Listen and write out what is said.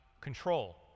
control